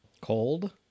Cold